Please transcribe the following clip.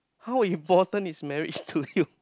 how important is marriage to you